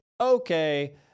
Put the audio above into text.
okay